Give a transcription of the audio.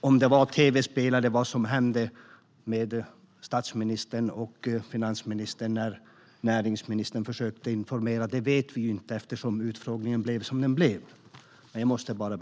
Vad det var som hände när näringsministern försökte informera statsministern och finansministern vet vi inte eftersom utfrågningen blev som den blev. Herr talman!